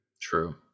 True